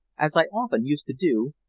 as i often used to do,